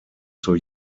zur